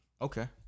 Okay